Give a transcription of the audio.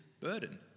burden